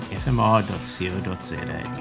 fmr.co.za